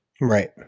Right